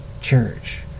church